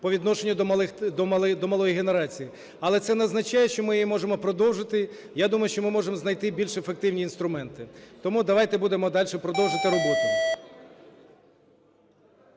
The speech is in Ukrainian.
по відношенню до малої генерації. Але це не означає, що ми її можемо продовжити. Я думаю, що ми можемо знайти більш ефективні інструменти. Тому давайте будемо дальше продовжувати роботу.